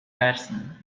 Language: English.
person